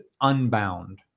unbound